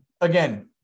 again